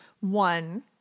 One